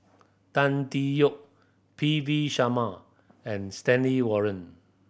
Tan Tee Yoke P V Sharma and Stanley Warren